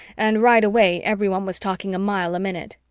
and right away everyone was talking a mile a minute.